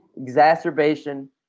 exacerbation